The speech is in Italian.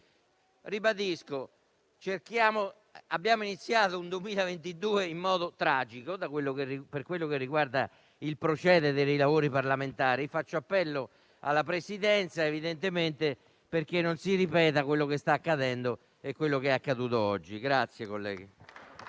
abbiamo iniziato il 2022 in modo tragico, per quello che riguarda il procedere dei lavori parlamentari. Faccio appello alla Presidenza, perché non si ripeta quello che sta accadendo e quello che è accaduto oggi.